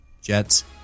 Jets